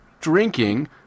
drinking